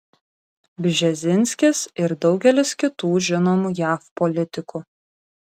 bžezinskis ir daugelis kitų žinomų jav politikų